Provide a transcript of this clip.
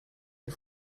die